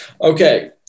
Okay